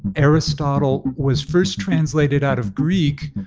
aristotle was first translated out of greek.